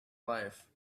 life